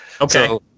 Okay